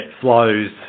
flows